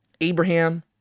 Abraham